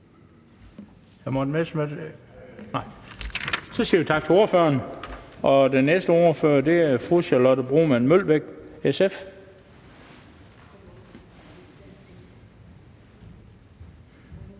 Så siger vi tak til ordføreren. Og den næste ordfører er fru Charlotte Broman Mølbæk, SF.